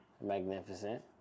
Magnificent